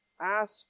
ask